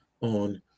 on